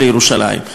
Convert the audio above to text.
לירושלים.